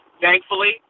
thankfully